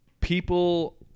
people